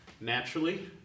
naturally